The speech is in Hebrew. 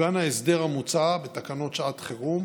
עוגן ההסדר המוצע בתקנות שעת חירום